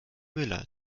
müller